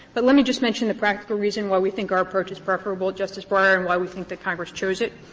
but let me just mention the practical reason why we think our approach is preferable, justice breyer, and why we think that congress chose it,